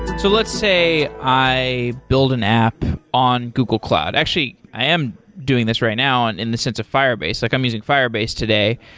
so let's say i build an app on google cloud. actually, i am doing this right now and in the sense of firebase. like i'm using firebase today.